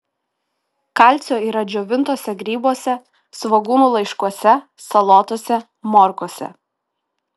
kalcio yra džiovintuose grybuose svogūnų laiškuose salotose morkose